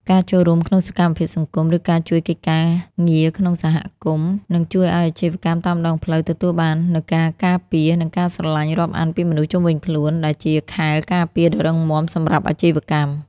ការចូលរួមក្នុងសកម្មភាពសង្គម ឬការជួយកិច្ចការងារក្នុងសហគមន៍ នឹងជួយឱ្យអាជីវកម្មតាមដងផ្លូវទទួលបាននូវការការពារ និងការស្រឡាញ់រាប់អានពីមនុស្សជុំវិញខ្លួន ដែលជាខែលការពារដ៏រឹងមាំសម្រាប់អាជីវកម្ម។